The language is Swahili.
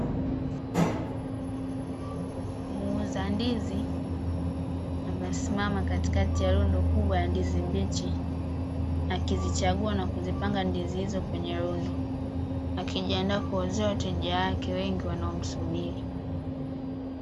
Muuzaji ndizi amesimama katikati ya rundo kubwa la ndizi mbichi, akizichagua na kuzipanga ndizi hizo kwenye rundo akiendelea kuwasubili wateja wake anaowasubili.